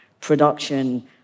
production